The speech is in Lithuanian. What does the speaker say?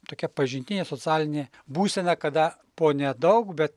tokia pažintinė socialinė būsena kada po nedaug bet